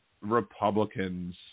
Republicans